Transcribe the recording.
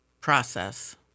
process